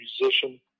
musician